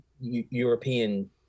European